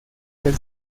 del